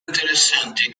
interessanti